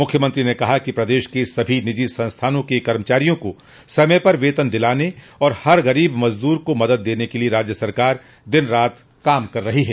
मूख्यमंत्री ने कहा कि प्रदेश के सभी निजी संस्थानों के कर्मचारियों को समय पर वेतन दिलाने तथा हर गरीब मजदूर को मदद देने के लिये राज्य सरकार दिनरात काम कर रही है